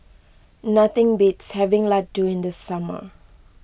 nothing beats having Laddu in the summer